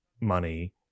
money